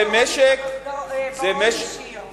זה תקציב דו-שנתי ראשון בהיסטוריה.